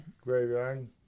Graveyard